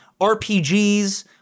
RPGs